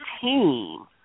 team